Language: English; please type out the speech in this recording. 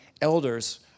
elders